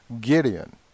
Gideon